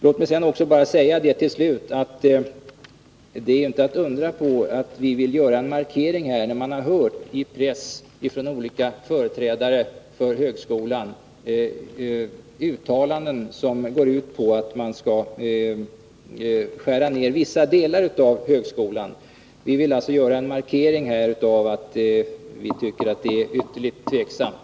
Låt mig till slut bara säga att det inte är att undra på att vi vill göra en markering när vi i pressen läst uttalanden från olika företrädare för högskolan, som går ut på att man skall skära ned vissa delar av högskolan. Vi vill alltså göra den markeringen att vi tycker att det är ytterligt tveksamt.